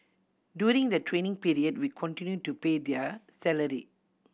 during the training period we continue to pay their salary